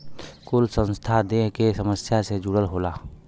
कुल संस्था देस के समस्या से जुड़ल होला